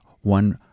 one